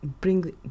Bring